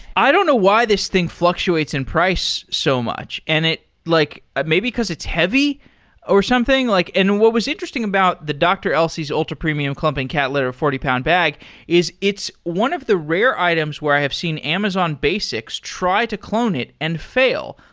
i don't know why this thing fluctuates in price so much, and like maybe because it's heavy or something. like and what was interesting about the dr. elsey's ultra premium clumping cat litter, forty pound gag is it's one of the rare items where i have seen amazon basics try to clone it and fail.